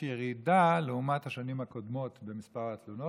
ירידה לעומת השנים הקודמות במספר התלונות,